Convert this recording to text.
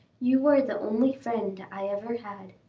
you are the only friend i ever had.